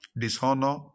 dishonor